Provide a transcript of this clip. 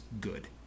good